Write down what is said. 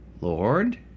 Lord